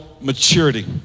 maturity